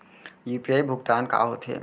UPI भुगतान का होथे?